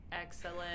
excellent